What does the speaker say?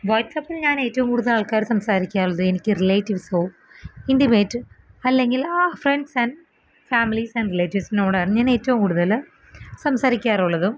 വാട്സപ്പിൽ ഞാൻ ഏറ്റോം കൂടുതലാൾക്കാർ സംസാരിക്കാറുള്ളത് എനിക്ക് റിലേറ്റീവ്സോ ഇൻറ്റിമേറ്റ് അല്ലെങ്കിൽ ആ ഫ്രണ്ട്സ് ആൻ ഫാമിലീസ് ആൻ റിലേറ്റീവ്സിനോടാണ് ഞാനേറ്റോം കൂടുതൽ സംസാരിക്കാറുള്ളതും